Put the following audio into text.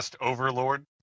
Overlord